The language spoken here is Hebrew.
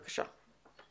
בבקשה.